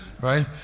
right